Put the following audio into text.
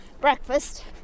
breakfast